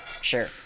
Sure